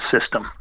system